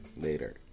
Later